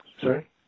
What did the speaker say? sorry